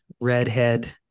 redhead